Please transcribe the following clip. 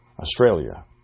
Australia